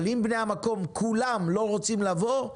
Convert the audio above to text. אבל אם בני המקום כולם לא רוצים לבוא,